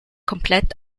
komplett